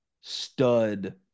stud